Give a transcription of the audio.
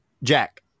Jack